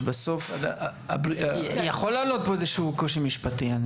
שבסוף יכול להעלות פה איזשהו קושי משפטי.